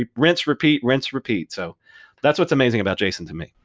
rinse, repeat, rinse, repeat. so that's what's amazing about jason to me.